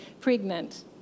pregnant